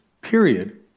period